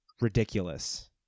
ridiculous